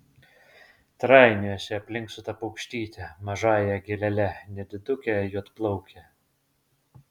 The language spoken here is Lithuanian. trainiojasi aplink su ta paukštyte mažąja gėlele nediduke juodplauke